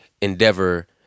endeavor